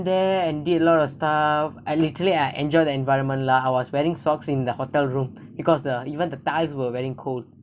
there and did a lot of stuff I literally I enjoy the environment lah I was wearing socks in the hotel room because the even the tiles were very cold